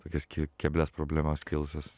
tokias keblias problemas kilusias